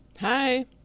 Hi